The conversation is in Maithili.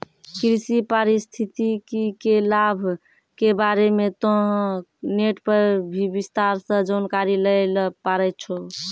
कृषि पारिस्थितिकी के लाभ के बारे मॅ तोहं नेट पर भी विस्तार सॅ जानकारी लै ल पारै छौ